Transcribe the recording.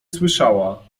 słyszała